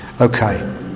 Okay